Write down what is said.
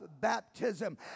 baptism